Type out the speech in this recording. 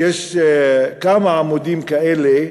יש כמה עמודים מפורסמים כאלה,